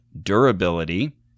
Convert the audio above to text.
durability